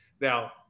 Now